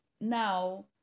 now